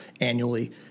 annually